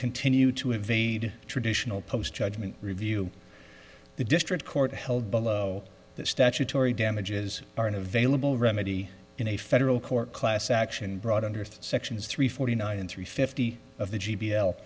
continue to evade traditional post judgment review the district court held below the statutory damages aren't available remedy in a federal court class action brought under section three forty nine three fifty of the g